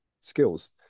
skills